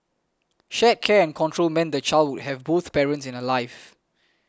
shared care and control meant the child would have both parents in her life